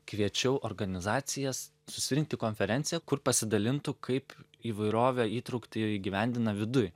kviečiau organizacijas susirinkt į konferenciją kur pasidalintų kaip įvairovę įtrauktį įgyvendina viduj